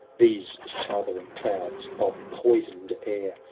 these smothering clouds of poisonm air.